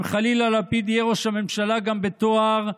אם חלילה לפיד יהיה ראש הממשלה גם בתואר,